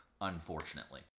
unfortunately